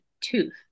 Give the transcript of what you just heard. tooth